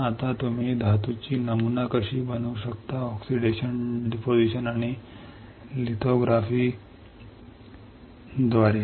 आता तुम्ही धातूची नमुना कशी बनवू शकता ऑक्सिडेशन डिपॉझिशन आणि लिथोग्राफी द्वारे